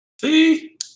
See